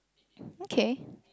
okay